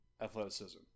athleticism